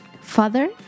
Father